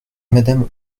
madame